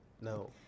no